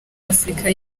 afurika